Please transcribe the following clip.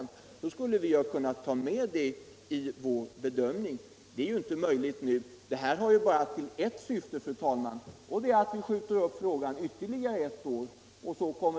Då skulle vi ha kunnat ta med det nya ”anbudet” i vår bedömning. Det är inte möjligt nu. Det här spelet har bara ett syfte, fru talman, och det är att vi skall skjuta upp saken ytterligare ett år.